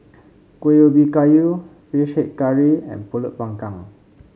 Kuih Ubi Kayu fish head curry and pulut panggang